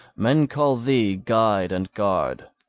men call thee guide and guard,